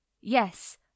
Yes